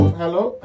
hello